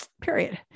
period